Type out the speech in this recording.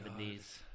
70s